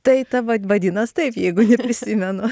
tai ta vad vadinas taip jeigu neprisimenu